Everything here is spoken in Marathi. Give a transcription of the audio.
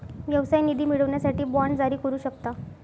व्यवसाय निधी मिळवण्यासाठी बाँड जारी करू शकता